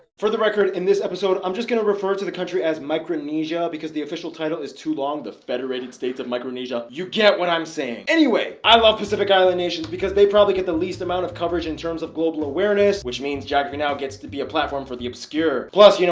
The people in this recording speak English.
for the record. in this episode, i'm just gonna refer to the country as micronesia because the official title is too long. the federated states of micronesia you get what i'm saying? anyway! i love pacific island nations because they probably get the least amount of coverage in terms of global awareness which means geography now! gets to be a platform for the obscure. plus, you know